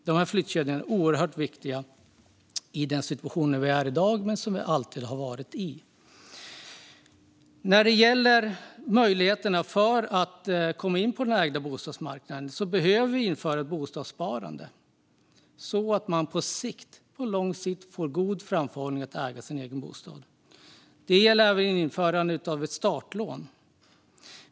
De här flyttkedjorna är oerhört viktiga i den situation vi i dag är i och som vi alltid har varit i. När det gäller möjligheterna att komma in på den ägda bostadsmarknaden behöver vi införa ett bostadssparande så att man på lång sikt får en god framförhållning för att äga sin egen bostad. Det gäller även införandet av ett startlån.